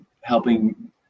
helping